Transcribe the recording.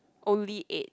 only eight